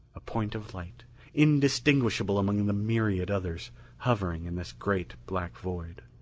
a point of light indistinguishable among the myriad others hovering in this great black void.